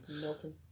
Milton